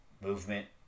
Movement